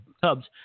Cubs